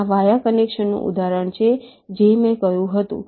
આ વાયા કનેક્શનનું ઉદાહરણ છે જે મેં કહ્યું હતું